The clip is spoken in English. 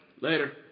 later